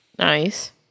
Nice